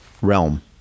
realm